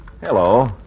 Hello